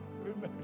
Amen